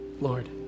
Lord